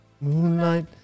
Moonlight